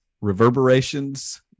reverberations